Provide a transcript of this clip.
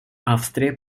австрия